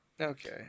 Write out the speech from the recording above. Okay